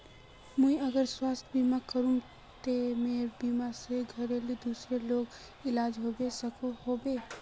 मुई अगर स्वास्थ्य बीमा करूम ते मोर बीमा से घोरेर दूसरा लोगेर इलाज होबे सकोहो होबे?